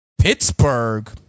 Pittsburgh